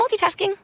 multitasking